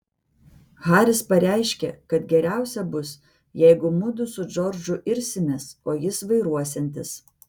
haris pareiškė kad geriausia bus jeigu mudu su džordžu irsimės o jis vairuosiantis